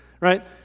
right